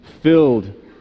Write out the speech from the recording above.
filled